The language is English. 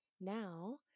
Now